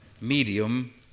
medium